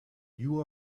you